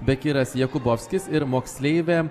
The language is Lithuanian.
bekiras jakubovskis ir moksleivė